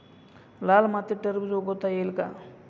लाल मातीत टरबूज उगवता येईल का?